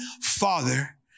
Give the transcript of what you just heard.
father